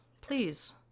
please